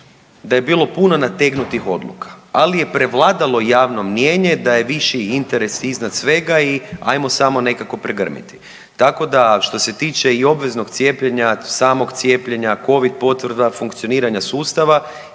da je bilo puno nategnutih odluka, ali je prevladalo javno mnijenje da je viši interes iznad svega i ajmo samo nekako pregrmiti. Tako da što se tiče i obveznog cijepljenja, samog cijepljenja, covid potvrda funkcioniranja sustava